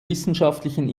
wissenschaftlichen